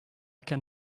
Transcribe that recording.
can